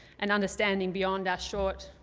an understanding beyond our short,